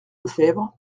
lefebvre